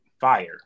Fire